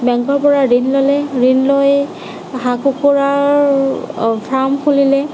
বেংকৰ পৰা ঋণ ল'লে ঋণ লৈ হাঁহ কুকুৰাৰ ফাৰ্ম খুলিলে